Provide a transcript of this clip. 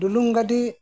ᱰᱩᱞᱩᱝ ᱜᱟᱹᱰᱤ